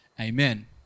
amen